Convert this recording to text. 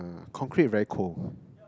concrete very cold